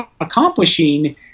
accomplishing